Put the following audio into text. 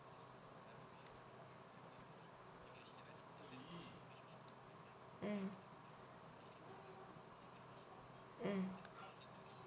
mm mm